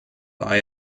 war